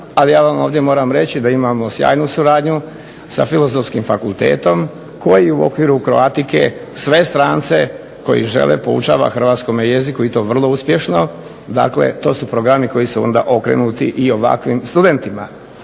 ali ja vam ovdje moram reći da imamo sjajnu suradnju sa Filozofskim fakultetom, koji u okviru kroatike sve strance koji žele poučava hrvatskome jeziku i to vrlo uspješno, dakle to su programi koji su onda okrenuti i ovakvim studentima.